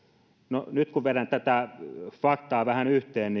no nyt kun vedän tätä faktaa vähän yhteen